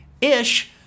Ish